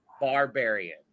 barbarian